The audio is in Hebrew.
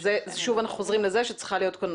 שוב אנחנו חוזרים לזה שצריכה להיות כאן